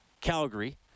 Calgary